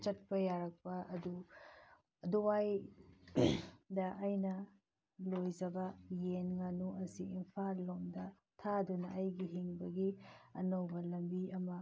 ꯆꯠꯄ ꯌꯥꯔꯛꯄ ꯑꯗꯨꯋꯥꯏ ꯗ ꯑꯩꯅ ꯂꯣꯏꯖꯕ ꯌꯦꯟ ꯉꯥꯅꯨ ꯑꯁꯤ ꯏꯝꯐꯥꯜꯂꯣꯝꯗ ꯊꯥꯗꯨꯅ ꯑꯩꯒꯤ ꯍꯤꯡꯕꯒꯤ ꯑꯅꯧꯅ ꯂꯝꯕꯤ ꯑꯃ